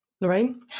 Lorraine